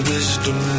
Wisdom